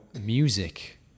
music